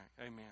Amen